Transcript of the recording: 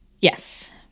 Yes